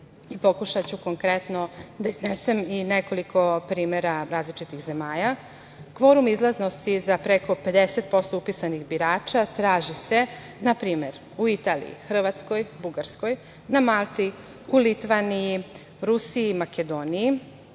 Pokušaću konkretno da iznesem i nekoliko primera različitih zemalja. Kvorum izlaznosti za preko 50% upisanih birača traži se na primer u Italiji, Hrvatskoj, Bugarskoj, na Malti, u Litvaniji, Rusiji, Makedoniji,